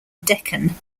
deccan